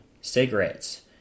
cigarettes